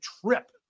trip